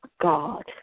God